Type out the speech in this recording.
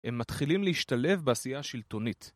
הם מתחילים להשתלב בעשייה השלטונית.